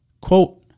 Quote